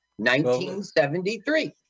1973